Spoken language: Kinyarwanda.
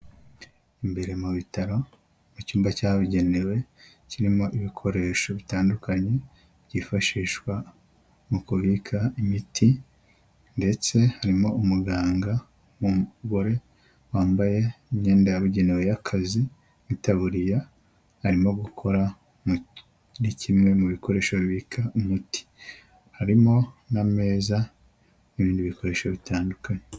Imbere mu bitaro, mu cyumba cyabugenewe kirimo ibikoresho bitandukanye byifashishwa mu kubika imiti ndetse harimo umuganga w'umugore wambaye imyenda yabugenewe y'akazi itaburiya, arimo gukora muri kimwe mu bikoresho bibika umuti, harimo n'ameza n'ibindi bikoresho bitandukanye.